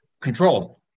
control